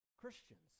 Christians